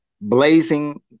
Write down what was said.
blazing